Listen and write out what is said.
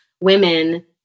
women